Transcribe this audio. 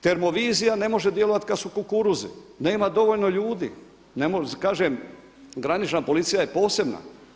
Termovizija ne može djelovati kad su kukuruzi, nema dovoljno ljudi, kažem granična policija je posebna.